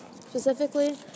Specifically